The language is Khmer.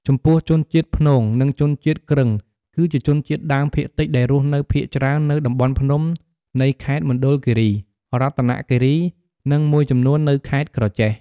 ចំពោះជនជាតិព្នង និងជនជាតិគ្រឹង គឺជាជនជាតិដើមភាគតិចដែលរស់នៅភាគច្រើននៅតំបន់ភ្នំនៃខេត្តមណ្ឌលគិរី រតនគិរី និងមួយចំនួននៅខេត្តក្រចេះ។